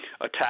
attack